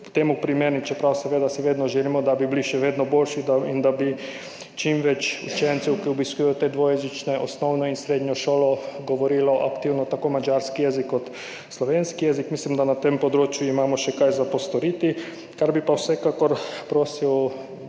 temu primerni, čeprav si seveda vedno želimo, da bi bili še vedno boljši in da bi čim več učencev, ki obiskujejo dvojezično osnovno in srednjo šolo, govorilo aktivno tako madžarski jezik kot slovenski jezik. Mislim, da imamo na tem področju še kaj postoriti. Kar bi pa vsekakor prosil